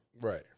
Right